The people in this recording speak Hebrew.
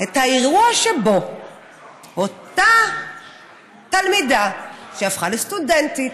את האירוע שבו אותה תלמידה, שהפכה לסטודנטית,